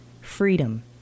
freedom